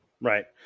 Right